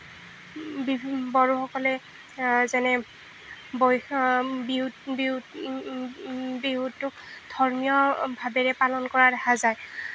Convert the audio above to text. বিহু বড়োসকলে যেনে বৈ বিহুটো ধৰ্মীয় ভাৱেৰে পালন কৰা দেখা যায়